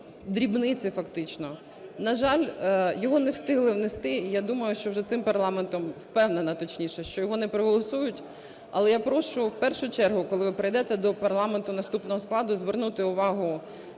дрібниці фактично. На жаль, його не встигли внести, і, я думаю, що вже цим парламентом, впевнена точніше, що його не проголосують. Але я прошу в першу чергу, коли ви перейдете до парламенту наступного складу, звернути увагу